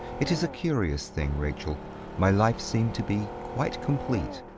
it is a curious thing, rachel my life seemed to be quite complete.